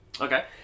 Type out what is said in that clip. okay